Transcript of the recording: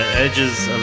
edges